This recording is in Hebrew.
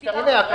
אנחנו?